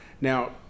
Now